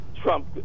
Trump